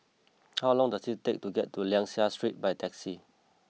how long does it take to get to Liang Seah Street by taxi